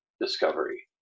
Discovery